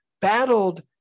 battled